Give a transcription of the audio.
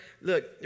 Look